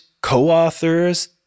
co-authors